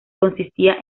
consistía